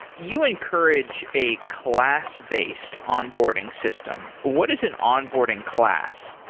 you encourage a class-based onboarding system. what is an onboarding class?